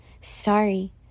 Sorry